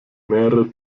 mehrere